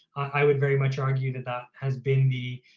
i would very much argue that that has been the